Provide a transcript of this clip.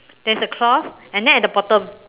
there is a cloth and then at the bottom